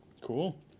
Cool